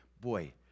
Boy